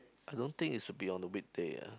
I don't think it should be on a weekday ah